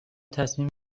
تصمیم